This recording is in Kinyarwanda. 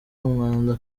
umwanda